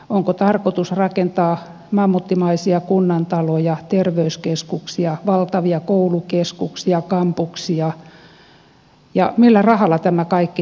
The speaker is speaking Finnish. onko tarkoitus rakentaa mammuttimaisia kunnantaloja terveyskeskuksia valtavia koulukeskuksia kampuksia ja millä rahalla tämä kaikki tehdään